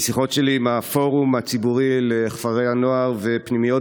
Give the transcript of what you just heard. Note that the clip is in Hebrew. משיחות שלי עם הפורום הציבורי לכפרי הנוער ופנימיות